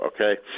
okay